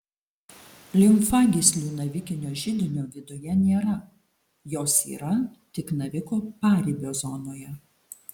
limfagyslių navikinio židinio viduje nėra jos yra tik naviko paribio zonoje